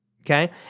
Okay